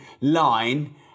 line